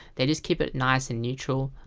they just keep it nice and neutral.